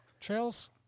trails